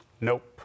Nope